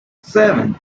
seven